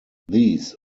these